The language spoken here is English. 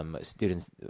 Students